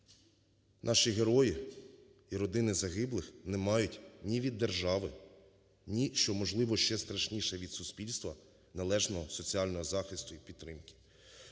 наші герої і родини загиблих не мають ні від держави, ні, що, можливо, ще страшніше, від суспільства належного соціального захисту і підтримки.